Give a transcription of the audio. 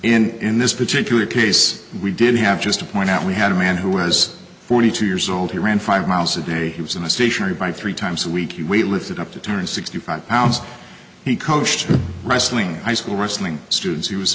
in in this particular case we did have just to point out we had a man who was forty two years old he ran five miles a day he was in a stationary bike three times a week he lifted up to turn sixty five pounds he coached wrestling high school wrestling students he was